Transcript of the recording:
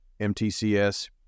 MTCS